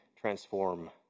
transform